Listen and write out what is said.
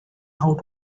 how